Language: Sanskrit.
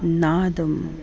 नादः